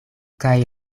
kaj